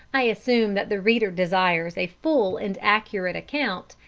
i assume that the reader desires a full and accurate account,